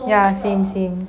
ya same same